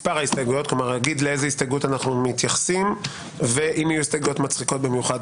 ואם יהיו הסתייגויות מצחיקות במיוחד,